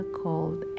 called